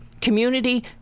community